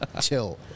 chill